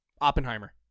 Oppenheimer